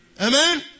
Amen